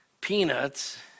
peanuts